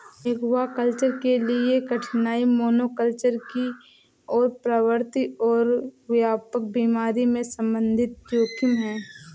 aquaculture के लिए कठिनाई मोनोकल्चर की ओर प्रवृत्ति और व्यापक बीमारी के संबंधित जोखिम है